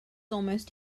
almost